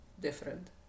different